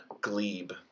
Glebe